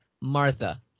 Martha